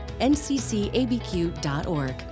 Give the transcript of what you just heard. nccabq.org